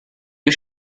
you